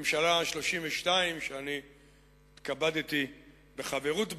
הממשלה ה-32, שאני התכבדתי בחברות בה,